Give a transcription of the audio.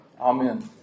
amen